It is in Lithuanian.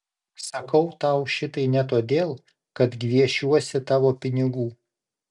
sakau tau šitai ne todėl kad gviešiuosi tavo pinigų